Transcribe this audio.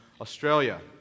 Australia